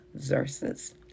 Xerxes